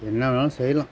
என்ன வேணாலும் செய்யலாம்